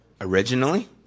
originally